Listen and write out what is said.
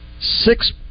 six